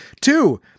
Two